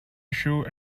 issue